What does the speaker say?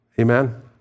Amen